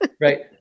right